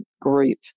group